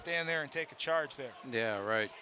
stand there and take a charge there yeah right